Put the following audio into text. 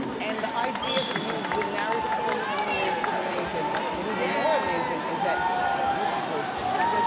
and the idea that you've been married for thirty one years is amazing but even more amazing is that you proposed to him.